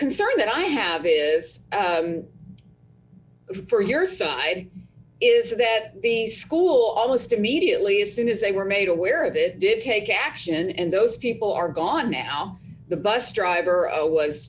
concern that i have is for your side is that the school almost immediately as soon as they were made aware of it did take action and those people are gone now the bus driver